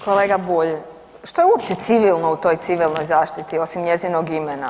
Kolega Bulj, što je uopće civilno u toj civilnoj zaštiti osim njezinog imena?